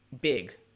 big